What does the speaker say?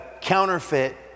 counterfeit